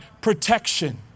protection